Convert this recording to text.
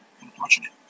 unfortunate